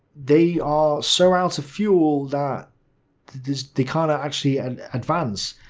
they are so out of fuel that they can't ah actually and advance.